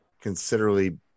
considerably